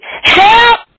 Help